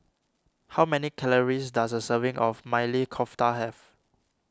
how many calories does a serving of Maili Kofta have